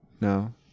No